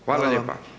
Hvala lijepa.